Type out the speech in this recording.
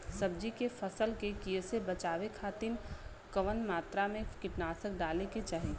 सब्जी के फसल के कियेसे बचाव खातिन कवन मात्रा में कीटनाशक डाले के चाही?